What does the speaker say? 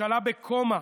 ממשלה בקומה,